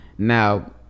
Now